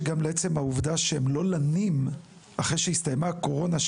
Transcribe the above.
שגם לעצם העובדה שהם לא לנים בעיר אחרי שהסתיימה הקורונה,